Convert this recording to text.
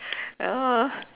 ya lor